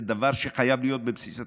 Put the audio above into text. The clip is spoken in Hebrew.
זה דבר שחייב להיות בבסיס התקציב,